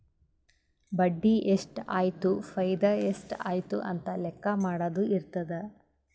ಬಡ್ಡಿ ಎಷ್ಟ್ ಆಯ್ತು ಫೈದಾ ಎಷ್ಟ್ ಆಯ್ತು ಅಂತ ಲೆಕ್ಕಾ ಮಾಡದು ಇರ್ತುದ್